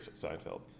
Seinfeld